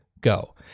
Go